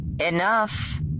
Enough